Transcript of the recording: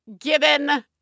given